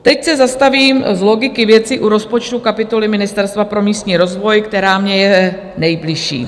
Teď se zastavím z logiky věci u rozpočtu kapitoly Ministerstva pro místní rozvoj, která mně je nejbližší.